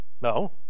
no